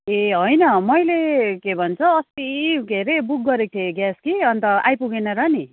ए होइन मैले के भन्छ अस्ति के अरे बुक गरेको थिएँ ग्यास कि अन्त आइपुगेन र नि